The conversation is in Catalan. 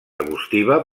arbustiva